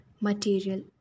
material